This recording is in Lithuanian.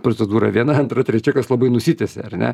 procedūra viena antra trečia kas labai nusitęsia ar ne